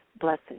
blessings